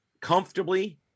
comfortably